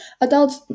adults